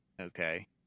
Okay